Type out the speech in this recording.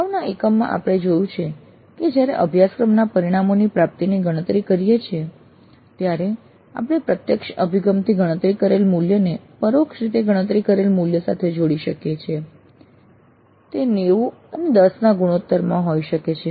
અગાઉના એકમમાં આપણે જોયું છે કે જ્યારે આપણે અભ્યાસક્રમના પરિણામોની પ્રાપ્તિની ગણતરી કરીએ છીએ ત્યારે આપણે પ્રત્યક્ષ અભિગમથી ગણતરી કરેલ મૂલ્યને પરોક્ષ રીતે ગણતરી કરેલ મૂલ્ય સાથે જોડી શકીએ છીએ તે 9010 ના ગુણોત્તરમાં હોઈ શકે છે